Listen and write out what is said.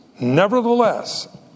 nevertheless